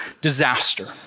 disaster